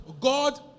God